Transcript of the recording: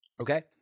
Okay